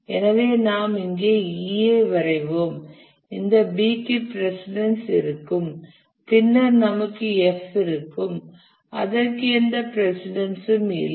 எனவே நாம் இங்கே E ஐ வரைவோம் இந்த B க்கு பிரசிடன்ஸ் இருக்கும் பின்னர் நமக்கு F இருக்கும் அதற்கு எந்த பிரசிடன்ஸ் ம் இல்லை